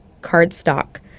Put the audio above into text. cardstock